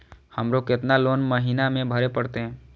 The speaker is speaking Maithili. हमरो केतना लोन महीना में भरे परतें?